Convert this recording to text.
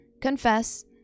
confess